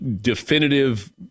definitive